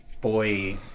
boy